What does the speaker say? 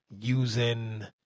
using